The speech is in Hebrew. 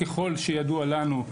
ככל שידוע לנו,